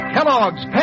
Kellogg's